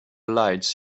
lights